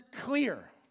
clear